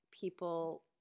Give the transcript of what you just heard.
people